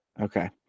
Okay